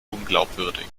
unglaubwürdig